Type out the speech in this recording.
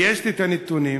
ויש לי את הנתונים,